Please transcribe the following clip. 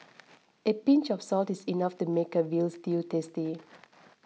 a pinch of salt is enough to make a Veal Stew tasty